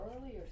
earlier